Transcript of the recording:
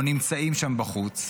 או נמצאים שם בחוץ,